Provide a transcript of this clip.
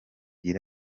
nyuma